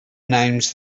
names